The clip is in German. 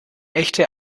echte